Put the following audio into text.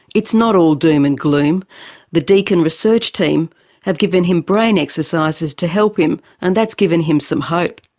it's not all doom and gloom the deakin research team have given him brain exercises to help him, and that's given him some hope.